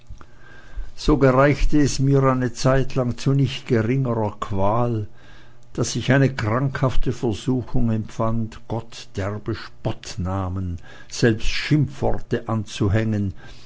so gereichte es mir eine zeitlang zu nicht geringer qual daß ich eine krankhafte versuchung empfand gott derbe spottnamen selbst schimpfworte anzuhängen